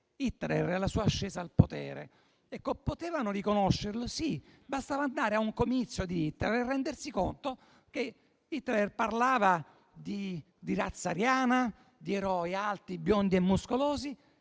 Hitler e alla sua ascesa al potere. Potevano riconoscerlo? Sì. Bastava andare a un comizio di Hitler per rendersi conto che parlava di razza ariana, di eroi alti, biondi e muscolosi: